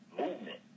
movement